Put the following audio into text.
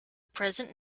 present